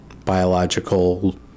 biological